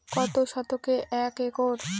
কত শতকে এক একর?